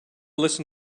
listen